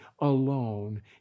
Alone